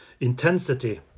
intensity